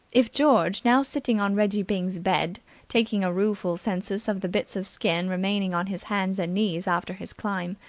if george, now sitting on reggie byng's bed taking a rueful census of the bits of skin remaining on his hands and knees after his climb,